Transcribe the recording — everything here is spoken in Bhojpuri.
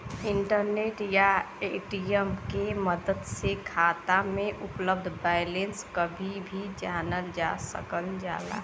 इंटरनेट या ए.टी.एम के मदद से खाता में उपलब्ध बैलेंस कभी भी जानल जा सकल जाला